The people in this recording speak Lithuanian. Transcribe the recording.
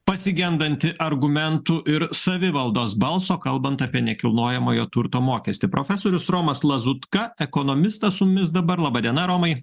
pasigendanti argumentų ir savivaldos balso kalbant apie nekilnojamojo turto mokestį profesorius romas lazutka ekonomistas su mumis dabar laba diena romai